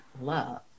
love